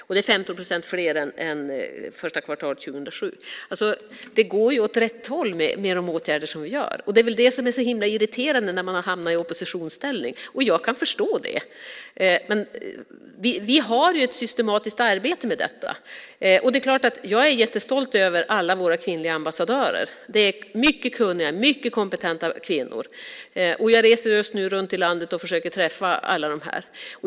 Och det är 15 procent fler än första kvartalet 2007. Det går alltså åt rätt håll med de åtgärder som vi gör. Det är väl det som är så himla irriterande när man har hamnat i oppositionsställning. Jag kan förstå det. Men vi har ett systematiskt arbete med detta. Det är klart att jag är jättestolt över alla våra kvinnliga ambassadörer. Det är mycket kunniga och mycket kompetenta kvinnor. Jag reser just nu runt i landet och försöker träffa alla de här.